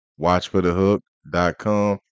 watchforthehook.com